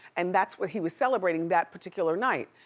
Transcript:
and that's what he was celebrating that particular night.